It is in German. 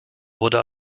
wurde